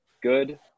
good